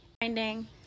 finding